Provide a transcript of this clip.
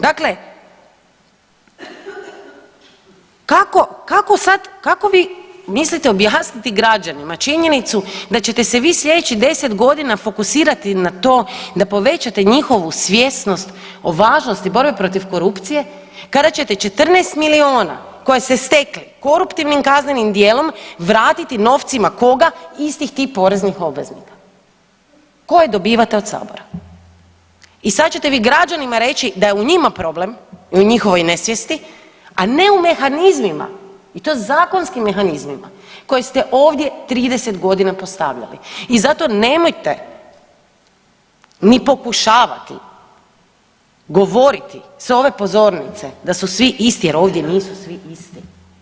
Dakle, kako, kako sad, kako vi mislite objasniti građanima činjenicu da ćete se vi slijedećih 10.g. fokusirati na to da povećate njihovu svjesnost o važnosti borbe protiv korupcije kada ćete 14 milijuna koje ste stekli koruptivnim kaznenim dijelom vratiti novcima, koga, istih tih poreznih obveznika koje dobivate od sabora i sad ćete vi građanima reći da je u njima problem i u njihovoj nesvijesti, a ne u mehanizmima i to zakonskim mehanizmima koje ste ovdje 30.g. postavljali i zato nemojte ni pokušavati govoriti s ove pozornice da su svi isti jer ovdje nisu svi isti.